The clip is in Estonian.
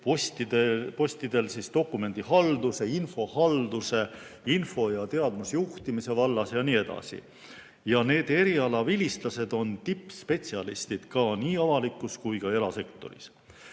ametipostidel: dokumendihalduse, infohalduse, info- ja teadmusjuhtimise vallas jne. Selle eriala vilistlased on tippspetsialistid nii avalikus kui ka erasektoris.